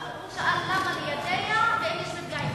הוא שאל למה ליידע, ואם יש מפגעים.